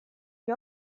gli